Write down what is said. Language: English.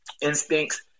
instincts